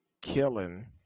killing